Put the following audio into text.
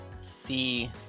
see